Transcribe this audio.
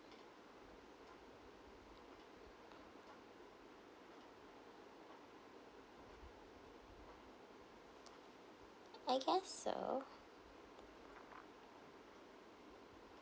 I guess so